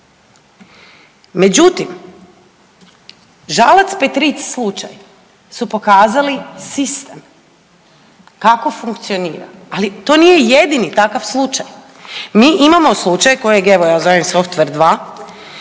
Međutim, Žalac Petric slučaj su pokazali sistem kako funkcionira, ali to nije jedini takav slučaj. Mi imamo slučaj kojeg ja evo zovem softver